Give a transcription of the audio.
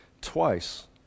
twice